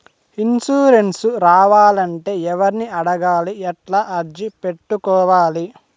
Insurance రావాలంటే ఎవర్ని అడగాలి? ఎట్లా అర్జీ పెట్టుకోవాలి?